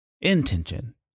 Intention